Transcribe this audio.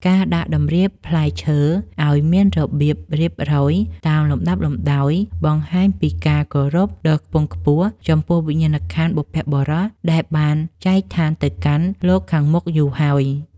ការដាក់តម្រៀបផ្លែឈើឱ្យមានរបៀបរៀបរយតាមលំដាប់លំដោយបង្ហាញពីការគោរពដ៏ខ្ពង់ខ្ពស់ចំពោះវិញ្ញាណក្ខន្ធបុព្វបុរសដែលបានចែកឋានទៅកាន់លោកខាងមុខយូរហើយ។